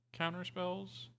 counterspells